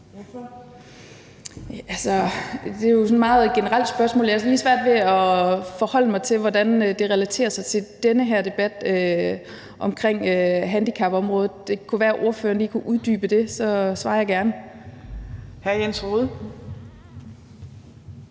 Altså, det er jo sådan et meget generelt spørgsmål. Jeg har svært ved sådan lige at forholde mig til, hvordan det relaterer sig til den her debat omkring handicapområdet. Det kunne være, at ordføreren lige kunne uddybe det, og så svarer jeg gerne. Kl. 18:05 Fjerde